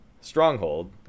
stronghold